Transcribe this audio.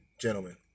gentlemen